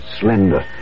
slender